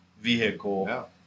vehicle